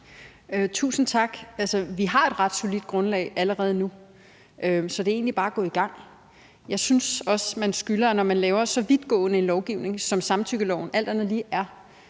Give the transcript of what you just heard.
Tusind tak. Altså, vi har et ret solidt grundlag allerede nu, så det er egentlig bare at gå i gang. Når man laver så vidtgående en lovgivning, som samtykkeloven alt andet lige er,